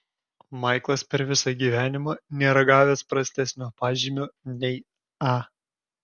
maiklas per visą gyvenimą nėra gavęs prastesnio pažymio nei a